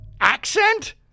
accent